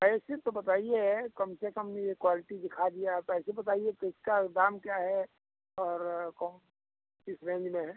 पैसे तो बताइए कम से कम ये क्वाल्टी दिखा दिए आप पैसे बताइए तो इसका दाम क्या है और कौन किस रेन्ज में है